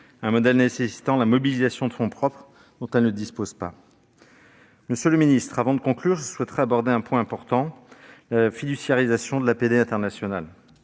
lequel nécessite la mobilisation de fonds propres dont elle ne dispose pas. Monsieur le ministre, avant de conclure, j'aborderai un point important, la fiduciarisation de l'APD internationale.